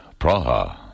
Praha